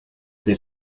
der